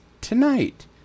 tonight